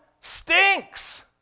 stinks